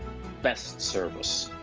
best service.